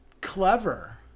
clever